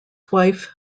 wife